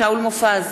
שאול מופז,